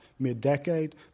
Mid-decade